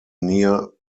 near